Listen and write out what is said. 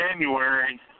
January